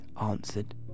answered